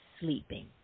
sleeping